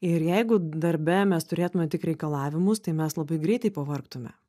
ir jeigu darbe mes turėtume tik reikalavimus tai mes labai greitai pavargtume